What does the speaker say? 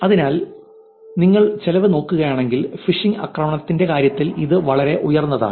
അതിനാൽ നിങ്ങൾ ചെലവ് നോക്കുകയാണെങ്കിൽ ഫിഷിംഗ് ആക്രമണത്തിന്റെ കാര്യത്തിൽ ഇത് വളരെ ഉയർന്നതാണ്